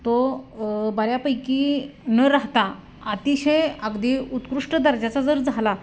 तो बऱ्यापैकी न राहता अतिशय अगदी उत्कृष्ट दर्जाचा जर झाला